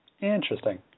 Interesting